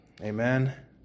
Amen